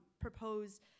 propose